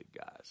guys